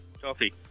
coffee